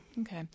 Okay